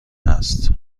است